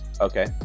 Okay